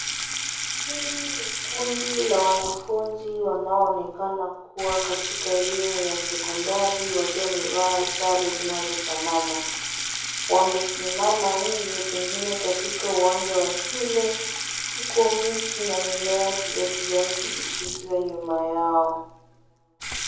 Hili ni kundi la wanafunzi wanaoonekana kuwa katika elimu ya sekondari wakiwa wamevaa sare zinazofanana. Wamesimama nje pengine katika uwanja wa shule, huku miti na mimea ya kijani kibichi ikiwa nyuma yao.